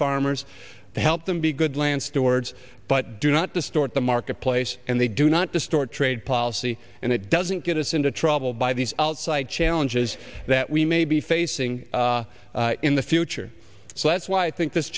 farmers to help them be good land stewards but do not distort the marketplace and they do not distort trade policy and it doesn't get us into trouble by these outside challenges that we may be facing in the future so that's why i think this